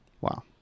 Wow